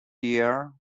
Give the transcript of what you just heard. year